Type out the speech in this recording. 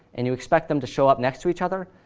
and you expect them to show up next to each other,